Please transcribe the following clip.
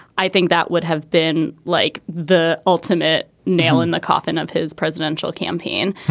i think that would have been like the ultimate nail in the coffin of his presidential campaign.